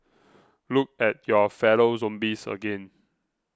look at your fellow zombies again